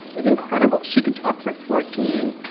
is incredible. she could talk for fourteen,